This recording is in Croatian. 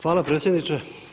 Hvala predsjedniče.